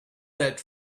that